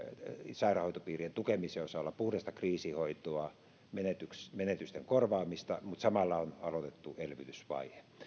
sairaanhoitopiirien tukemisen osalta puhdasta kriisinhoitoa menetysten menetysten korvaamista mutta samalla on aloitettu elvytysvaihe